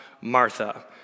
Martha